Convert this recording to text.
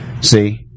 see